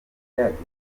ryagenze